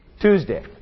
Tuesday